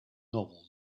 novel